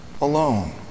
alone